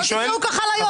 אתם לא תקראו ככה ליושב-ראש.